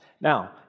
Now